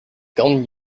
kan